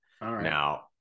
Now